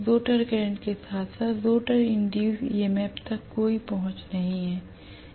rotor current के साथ साथ रोटर इंड्यूस्ड ईएमएफ तक कोई पहुंच नहीं है